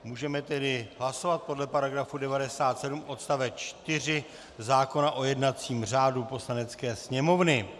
Můžeme tedy hlasovat podle § 97 odst. 4 zákona o jednacím řádu Poslanecké sněmovny.